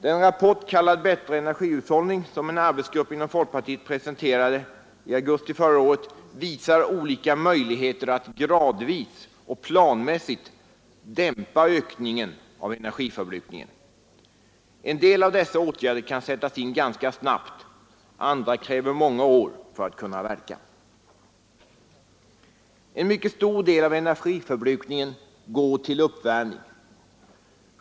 Den rapport kallad Bättre energihushållning, som en arbetsgrupp inom folkpartiet presenterade i augusti förra året visar olika möjligheter att gradvis och planmässigt dimpa ökningen av energiförbrukningen. En del av dessa åtgärder kan sättas in ganska snabbt, andra kräver många år för att kunna verka. En mycket stor del av energiförbrukningen går till uppvärmning.